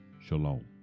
Shalom